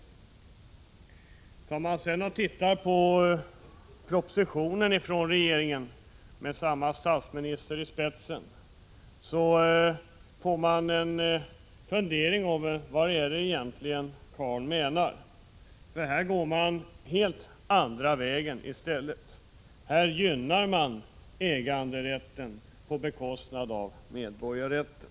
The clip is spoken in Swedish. Tittar man sedan på propositionen från regeringen med samme statsminister i spetsen börjar man undra vad han egentligen menar. Här går man helt åt andra hållet. Här gynnar man äganderätten på bekostnad av medborgarrätten.